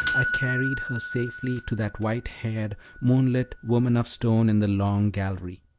i carried her safely to that white-haired, moonlit woman of stone in the long gallery.